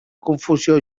confusió